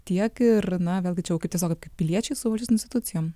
tiek ir na vėlgi čia jau kaip tiesiog piliečiai savo institucijom